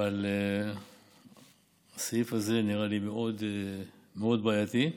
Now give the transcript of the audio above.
אבל הסעיף הזה נראה לי מאוד מאוד בעייתי,